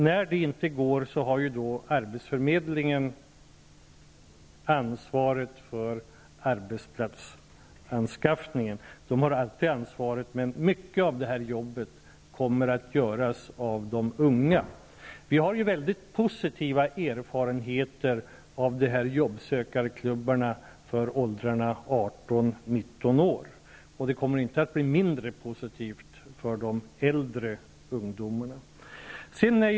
När det inte går har arbetsförmedlingen ansvaret för arbetsplatsanskaffningen. Arbetsförmedlingen har alltid ansvaret, men mycket av detta jobb kommer att göras av de unga. Vi har mycket positiva erfarenheter av dessa jobbsökarklubbar för personer i åldrarna 18--19 år, och erfarenheterna kommer inte att bli mindre positiva för de äldre ungdomarna.